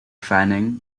fanning